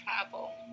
travel